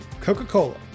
Coca-Cola